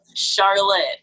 Charlotte